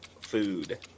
food